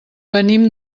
venim